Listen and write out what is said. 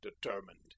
determined